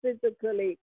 physically